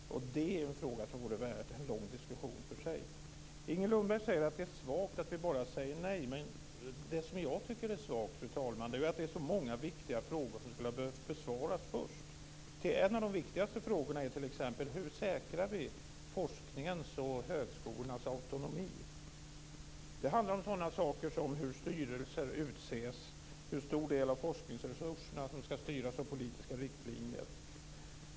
Det är en fråga som vore värd en lång diskussion för sig. Inger Lundberg säger att det är svagt att vi bara säger nej. Men det som jag tycker är svagt, fru talman, är att det är så många viktiga frågor som skulle ha behövt besvaras först. En av de viktigaste frågorna är t.ex. hur vi säkrar forskningens och högskolornas autonomi. Det handlar om sådana saker som hur styrelser utses och hur stor del av forskningsresurserna som ska styras av politiska riktlinjer.